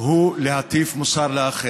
היא להטיף מוסר לאחר,